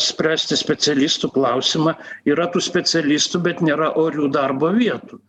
spręsti specialistų klausimą yra tų specialistų bet nėra orių darbo vietų